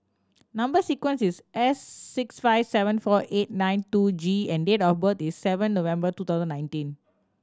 number sequence is S six five seven four eight nine two G and date of birth is seven November two thousand nineteen